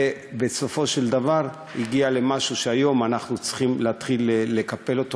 ובסופו של דבר זה הגיע למשהו שהיום אנחנו צריכים להתחיל לקפל אותו.